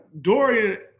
Dorian